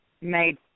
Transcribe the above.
made